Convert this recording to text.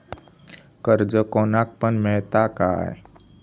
कर्ज कोणाक पण मेलता काय?